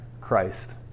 Christ